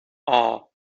are